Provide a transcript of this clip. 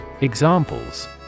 Examples